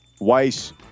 Weiss